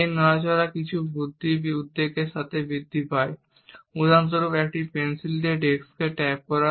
এই নড়াচড়ার কিছু বৃদ্ধি উদ্বেগের সাথে বৃদ্ধি পায় উদাহরণস্বরূপ একটি পেন্সিল দিয়ে ডিস্কে ট্যাপ করা